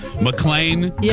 McLean